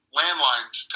landlines